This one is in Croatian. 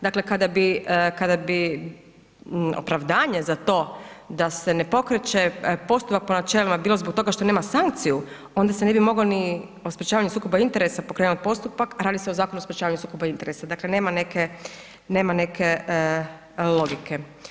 Dakle, kada bi, kada bi opravdanje za to da se ne pokreće postupak po načelima bilo zbog toga što nema sankciju onda se ne bi mogao ni o sprječavanju sukoba interesa pokrenut postupak, a radi se o Zakonu o sprječavanju sukoba interesa, dakle nema neke, nema neke logike.